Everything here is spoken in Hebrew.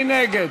מי נגד?